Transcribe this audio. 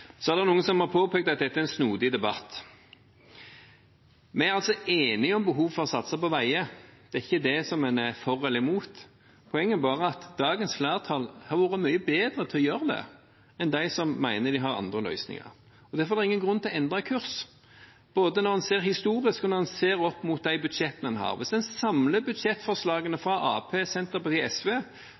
Så er det noen som har påpekt at dette er en snodig debatt. Vi er enige om behovet for å satse på veier; det er ikke det som en er for eller imot. Poenget er bare at dagens flertall har vært mye bedre til å gjøre det enn de som mener de har andre løsninger. Derfor er det ingen grunn til å endre kurs, verken når en ser det historisk, eller når en ser det opp mot de budsjettene en har. Hvis en samler budsjettforslagene fra Arbeiderpartiet, Senterpartiet og SV,